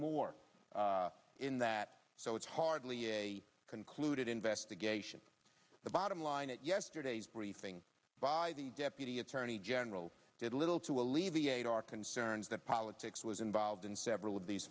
more in that so it's hardly a concluded investigation the bottom line at yesterday's briefing by the deputy attorney general did little to alleviate our concerns that politics was involved in several of these